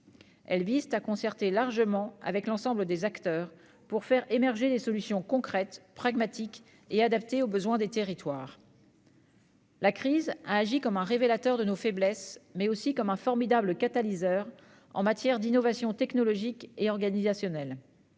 une large concertation avec l'ensemble des acteurs pour faire émerger des solutions concrètes, pragmatiques et adaptées aux besoins des territoires. La crise a agi comme un révélateur de nos faiblesses, mais aussi comme un formidable catalyseur en matière d'innovation technologique et organisationnelle.